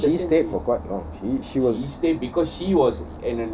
ya but she stayed for quite long she she was